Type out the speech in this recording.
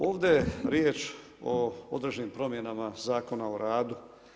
Ovdje je riječ o određenim promjenama Zakona o radu.